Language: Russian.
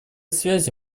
связи